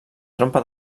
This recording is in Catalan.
trompa